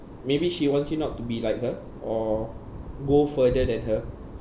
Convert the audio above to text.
maybe she wants you not to be like her or go further than her